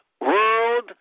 World